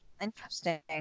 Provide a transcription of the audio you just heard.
interesting